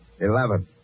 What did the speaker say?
Eleven